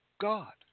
God